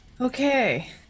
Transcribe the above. Okay